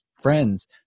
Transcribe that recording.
friends